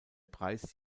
preis